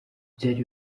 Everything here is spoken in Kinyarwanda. byari